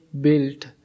built